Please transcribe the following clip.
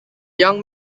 young